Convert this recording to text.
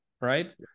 right